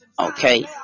okay